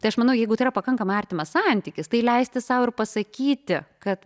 tai aš manau jeigu yra pakankamai artimas santykis tai leisti sau ir pasakyti kad